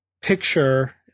picture